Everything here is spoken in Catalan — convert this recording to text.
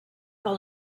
del